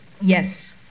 yes